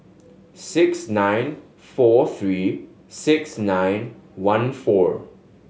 six nine four three six nine one four